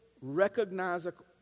recognizable